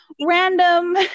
random